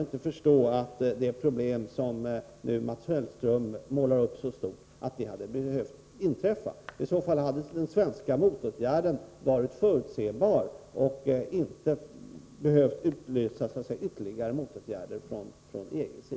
Det problem som Mats Hellström målar upp hade i så fall inte behövt finnas. Då hade den svenska motåtgärden varit förutsebar. Ytterligare åtgärder från EG:s sida hade så att säga inte behövt utlösas.